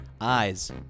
Eyes